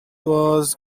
was